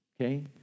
okay